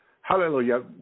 Hallelujah